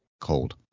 Cold